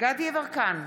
גדי יברקן,